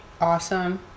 awesome